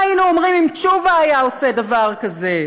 מה היינו אומרים אם תשובה היה עושה דבר כזה?